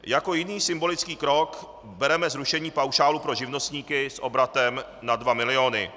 Jako jiný symbolický krok bereme zrušení paušálu pro živnostníky s obratem nad dva miliony.